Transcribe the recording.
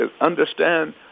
understand